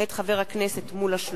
מאת חבר הכנסת שלמה מולה,